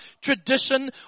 tradition